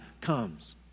comes